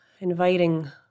inviting